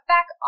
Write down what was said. Back